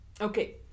Okay